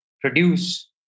produce